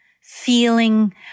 feeling